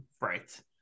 right